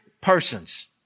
persons